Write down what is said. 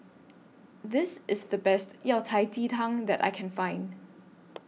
This IS The Best Yao Cai Ji Tang that I Can Find